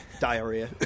Diarrhea